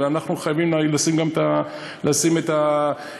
אבל אנחנו חייבים גם לשים את האמת: